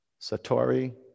Satori